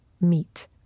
meet